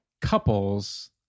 couples